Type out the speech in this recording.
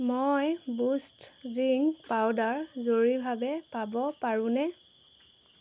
মই boost drink powder জৰুৰীভাৱে পাব পাৰোঁনে